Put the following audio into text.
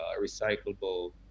recyclable